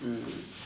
mm